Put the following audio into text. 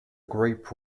group